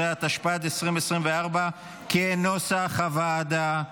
12), התשפ"ד 2024, כנוסח הוועדה.